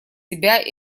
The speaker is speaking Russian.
себя